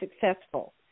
successful